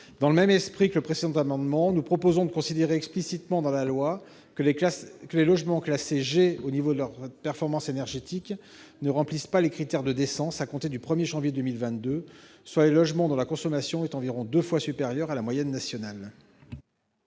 Dans le même esprit que pour le précédent amendement, nous proposons de considérer explicitement dans la loi que les logements classés G au niveau de leur performance énergétique ne remplissent pas les critères de décence à compter du 1 janvier 2022, soit les logements dont la consommation est environ deux fois supérieure à la moyenne nationale.